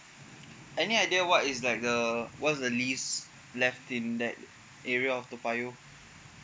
any idea what is like the what's the lease left in that area of toa payoh